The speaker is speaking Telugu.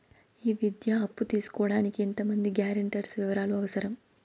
ఈ విద్యా అప్పు తీసుకోడానికి ఎంత మంది గ్యారంటర్స్ వివరాలు అవసరం?